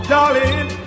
Darling